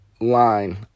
line